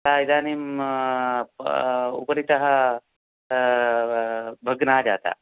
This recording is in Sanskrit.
सा इदानीं प उपरितः भग्ना जाता